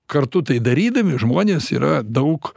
kartu tai darydami žmonės yra daug